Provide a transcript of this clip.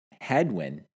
headwind